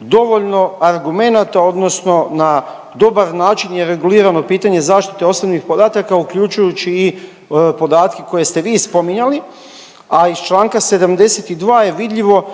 dovoljno argumenta odnosno na dobar način je regulirano pitanje zaštite osobnih podataka uključujući i podatke koje ste vi spominjali. A iz čl. 72. je vidljivo